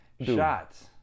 shots